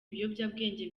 ibiyobyabwenge